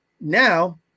now